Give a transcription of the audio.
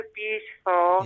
beautiful